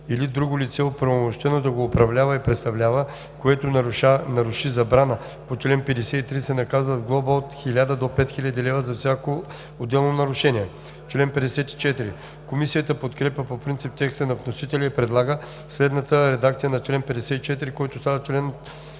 или друго лице, оправомощено да го управлява и представлява, което наруши забрана по чл. 53, се наказва с глоба от 1000 лв. до 5000 лв. за всяко отделно нарушение“. Комисията подкрепя по принцип текста на вносителя и предлага следната редакция на чл. 54, който става чл.